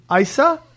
Isa